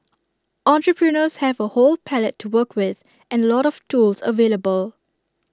entrepreneurs have A whole palette to work with and A lot of tools available